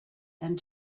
and